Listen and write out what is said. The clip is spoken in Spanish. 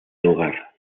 lugar